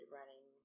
running